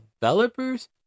developers